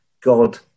God